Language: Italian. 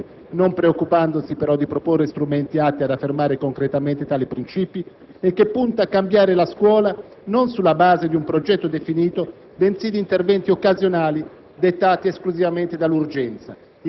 che annuncia un ritorno alla serietà e al rigore, non preoccupandosi però di proporre strumenti atti ad affermare concretamente tali principi; e che punta a cambiare la scuola non sulla base di un progetto definito, bensì di interventi occasionali